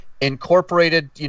incorporated